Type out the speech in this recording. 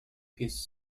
his